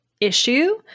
issue